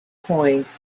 coins